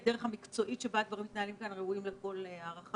הדרך המקצועית שבה הדברים מתנהלים כאן ראויים לכל הערכה.